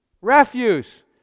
Refuse